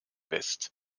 west